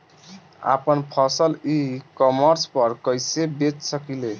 आपन फसल e commerce पर कईसे बेच सकिले?